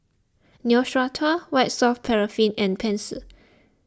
Neostrata White Soft Paraffin and Pansy